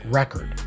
record